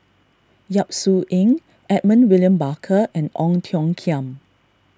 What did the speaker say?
Yap Su Yin Edmund William Barker and Ong Tiong Khiam